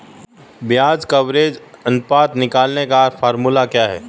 ब्याज कवरेज अनुपात निकालने का फॉर्मूला क्या है?